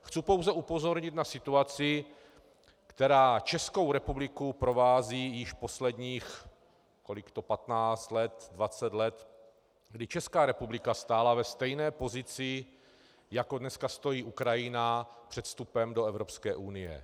Chci pouze upozornit na situaci, která Českou republiku provází již posledních patnáct dvacet let, kdy Česká republika stála ve stejné pozici, jako dneska stojí Ukrajina, před vstupem do Evropské unie.